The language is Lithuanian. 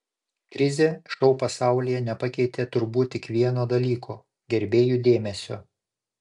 krizė šou pasaulyje nepakeitė turbūt tik vieno dalyko gerbėjų dėmesio